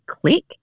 click